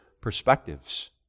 perspectives